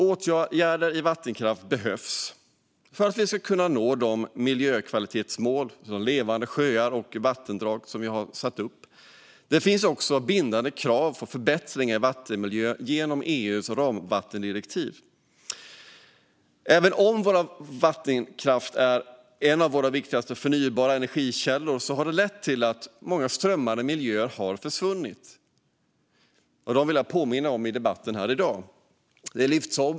Åtgärder för vattenkraften behövs för att vi ska kunna nå de miljökvalitetsmål om levande sjöar och vattendrag som vi har satt upp. Det finns också bindande krav på förbättringar i vattenmiljön i EU:s ramdirektiv för vatten. Även om vattenkraften är en av våra viktigaste förnybara energikällor har den lett till att många strömmande miljöer har försvunnit; det vill jag påminna om i debatten här i dag.